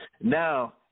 Now